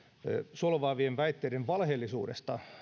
solvaavien väitteiden valheellisuudesta